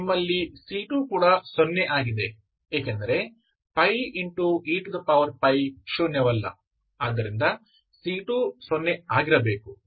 ಆದ್ದರಿಂದ ನಿಮ್ಮಲ್ಲಿ c2 ಕೂಡ 0 ಆಗಿದೆ ಏಕೆಂದರೆ πeಶೂನ್ಯವಲ್ಲ ಆದ್ದರಿಂದ c2 ಸೊನ್ನೆ ಆಗಿರಬೇಕು